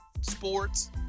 sports